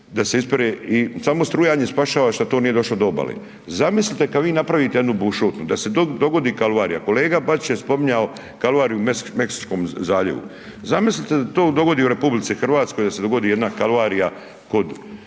da se ispere i samo strujanje spašava što to nije došlo do obale. Zamislite kad vi napravite jednu bušotinu, da se dogodi kalvarija, kolega Bačić je spominjao kalvariju u Meksičkom zaljevi, zamislite da se to dogodi u RH da se dogodi jedna kalvarija kod